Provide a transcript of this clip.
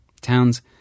Towns